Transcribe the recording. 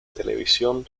televisión